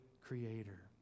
Creator